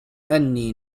أني